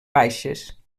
baixes